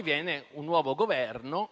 Viene poi un nuovo Governo,